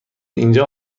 اینجا